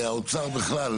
האוצר בכלל,